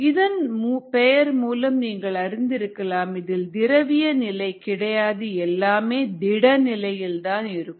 இதன் பெயர் மூலம் நீங்கள் அறிந்திருக்கலாம் இதில் திரவிய நிலை கிடையாது எல்லாமே திட நிலையில் தான் இருக்கும்